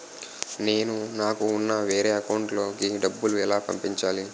నేను నాకు ఉన్న వేరే అకౌంట్ లో కి డబ్బులు ఎలా పంపించాలి?